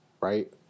right